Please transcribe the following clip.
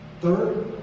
Third